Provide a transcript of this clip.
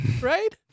right